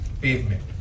pavement